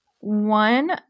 One